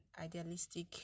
idealistic